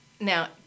Now